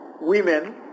women